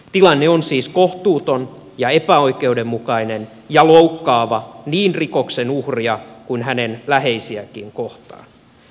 tilanne on siis kohtuuton ja epäoikeudenmukainen ja loukkaava niin rikoksen uhria kuin hänen läheisiäänkin kohtaan